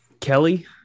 Kelly